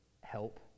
help